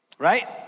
Right